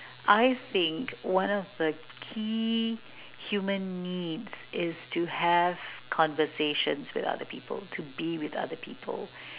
I think one of the key human needs is to have conversations with other people to be with other people